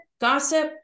gossip